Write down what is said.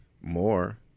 more